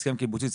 הסכם קיבוצי,